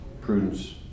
prudence